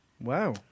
Wow